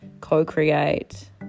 co-create